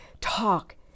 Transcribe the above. talk